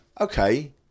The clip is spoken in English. okay